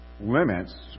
limits